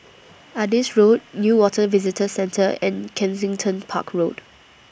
Adis Road Newater Visitor Centre and Kensington Park Road